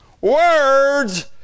Words